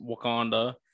Wakanda